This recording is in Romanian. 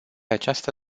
această